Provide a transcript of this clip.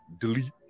delete